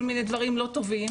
כל מיני דברים לא טובים,